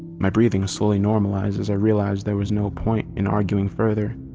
my breathing slowly normalized as i realized there was no point in arguing further.